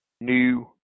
new